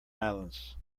islands